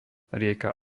rieka